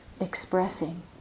expressing